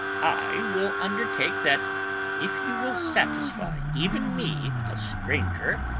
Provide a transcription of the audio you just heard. i will undertake that if you will satisfy even me a stranger,